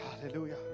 hallelujah